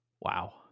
Wow